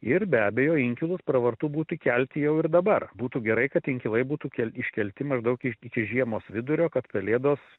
ir be abejo inkilus pravartu būtų kelti jau ir dabar būtų gerai kad inkilai būtų kelt iškelti maždaug i iki žiemos vidurio kad pelėdos